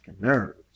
nerves